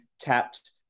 tapped